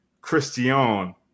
Christiane